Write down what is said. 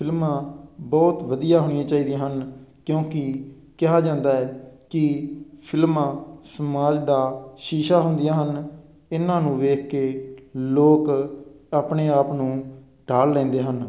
ਫਿਲਮਾਂ ਬਹੁਤ ਵਧੀਆ ਹੋਣੀਆਂ ਚਾਹੀਦੀਆਂ ਹਨ ਕਿਉਂਕਿ ਕਿਹਾ ਜਾਂਦਾ ਹੈ ਕਿ ਫਿਲਮਾਂ ਸਮਾਜ ਦਾ ਸ਼ੀਸ਼ਾ ਹੁੰਦੀਆਂ ਹਨ ਇਹਨਾਂ ਨੂੰ ਵੇਖ ਕੇ ਲੋਕ ਆਪਣੇ ਆਪ ਨੂੰ ਢਾਲ ਲੈਂਦੇ ਹਨ